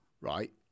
right